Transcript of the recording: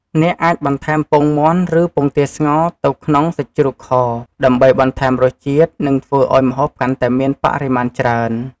អ្នកអាចបន្ថែមពងមាន់ ឬពងទាស្ងោរទៅក្នុងសាច់ជ្រូកខ ដើម្បីបន្ថែមរសជាតិ និងធ្វើឱ្យម្ហូបកាន់តែមានបរិមាណច្រើន។